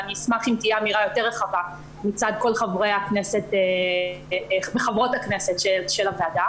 ואני אשמח אם תהיה אמירה יותר רחבה מצד כל חברי וחברות הכנסת של הוועדה.